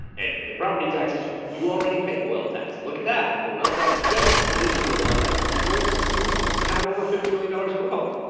and you pay property taxes, you already pay a wealth tax. look at that. the wealth tax exists. this would be a wealth tax for people who have over fifty million dollars in wealth.